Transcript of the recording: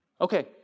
Okay